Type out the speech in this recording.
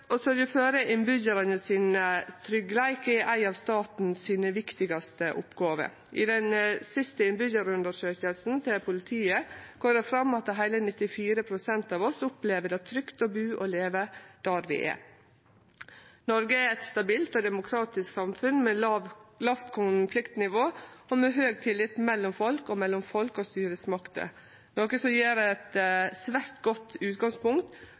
Å sørgje for tryggleiken til innbyggjarane er ei av dei viktigaste oppgåvene til staten. I den siste innbyggjarundersøkinga til politiet går det fram at heile 94 pst. av oss opplever det trygt å bu og leve der vi er. Noreg er eit stabilt og demokratisk samfunn med lågt konfliktnivå og med høg tillit mellom folk og mellom folk og styresmakter, noko som gjev eit svært godt utgangspunkt